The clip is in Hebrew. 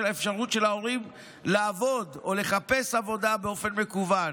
האפשרות של ההורים לעבוד או לחפש עבודה באופן מקוון.